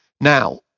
Now